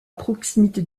proximité